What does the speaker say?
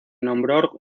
nombró